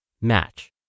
match